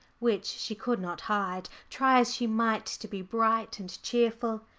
which she could not hide, try as she might to be bright and cheerful.